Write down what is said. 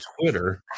Twitter